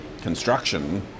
construction